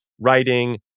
writing